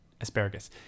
asparagus